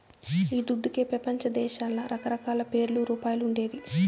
ఈ దుడ్డుకే పెపంచదేశాల్ల రకరకాల పేర్లు, రూపాలు ఉండేది